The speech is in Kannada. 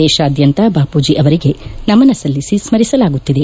ದೇಶಾದ್ಯಂತ ಬಾಪೂಜಿ ಅವರಿಗೆ ನಮನ ಸಲ್ಲಿಸಿ ಸ್ಮರಿಸಲಾಗುತ್ತಿದೆ